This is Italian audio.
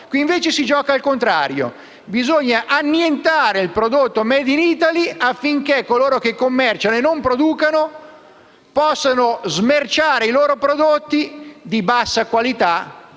invece, si gioca al contrario: bisogna annientare il prodotto *made in Italy*, affinché coloro che commerciano e non producono possano smerciare i loro prodotti di bassa qualità